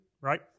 right